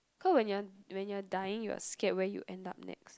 cause when you're when you're dying you're scared where you'll end up next